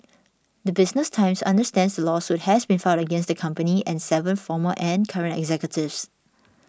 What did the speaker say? the Business Times understands the lawsuit has been filed against the company and seven former and current executives